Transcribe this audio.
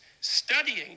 studying